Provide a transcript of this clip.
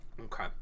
Okay